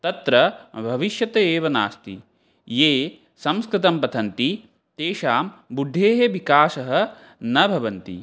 तत्र भविष्यम् एव नास्ति ये संस्कृतं पठन्ति तेषां बुद्धेः विकासः न भवति